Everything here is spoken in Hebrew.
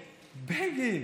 בגין.